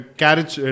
carriage